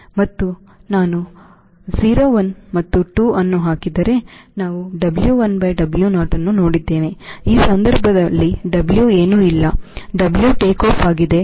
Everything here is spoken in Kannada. ಮತ್ತು ನಾನು 01 ಮತ್ತು 2 ಅನ್ನು ಹಾಕಿದರೆ ನಾವು W1Wo ಅನ್ನು ನೋಡಿದ್ದೇವೆ ಈ ಸಂದರ್ಭದಲ್ಲಿ W ಏನೂ ಇಲ್ಲ W ಟೇಕ್ಆಫ್ ಆಗಿದೆ